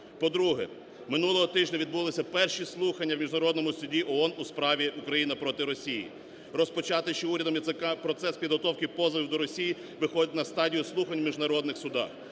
По-друге, минулого тижня відбулися перші слухання у Міжнародному суді ООН у справі "Україна проти Росії". Розпочато ще урядом Яценюка процес підготовки позовів до Росії виходить на стадію слухань у міжнародних судах.